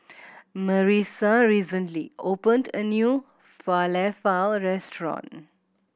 Marissa recently opened a new Falafel Restaurant